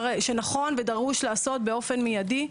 שנכון ודרוש לעשות באופן מידי.